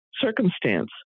circumstance